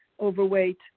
overweight